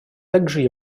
также